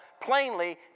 plainly